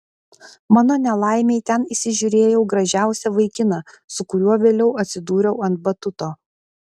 mano nelaimei ten įsižiūrėjau gražiausią vaikiną su kuriuo vėliau atsidūriau ant batuto